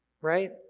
right